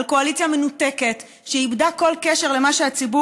על קואליציה מנותקת שאיבדה כל קשר למה שהציבור